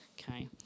Okay